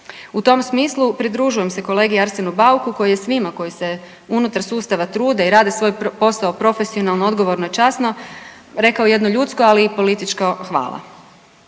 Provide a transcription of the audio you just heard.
U tom smislu pridružujem se kolegi Arsenu Bauku koji je svima koji se unutar sustava trude i rade svoj posao profesionalno, odgovorno i časno rekao jedno ljudsko i političko hvala.